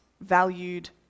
valued